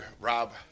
Rob